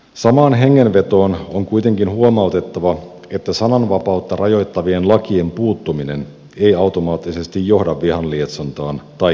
samaan hengenvetoon on kuitenkin huomautettava että sananvapautta rajoittavien lakien puuttuminen ei automaattisesti johda vihanlietsontaan tai hirmutekoihin